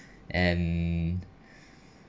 and